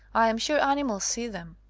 i am sure ani mals see them.